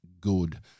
good